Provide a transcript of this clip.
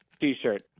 T-shirt